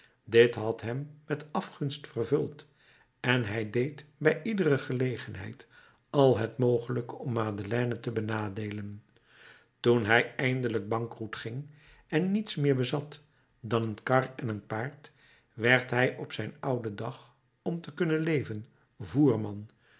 dit had hem met afgunst vervuld en hij deed bij iedere gelegenheid al het mogelijke om madeleine te benadeelen toen hij eindelijk bankroet ging en niets meer bezat dan een kar en een paard werd hij op zijn ouden dag om te kunnen leven voerman